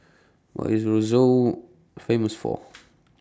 What IS Roseau Famous For